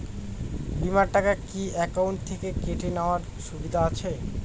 বিমার টাকা কি অ্যাকাউন্ট থেকে কেটে নেওয়ার সুবিধা আছে?